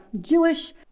Jewish